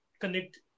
connect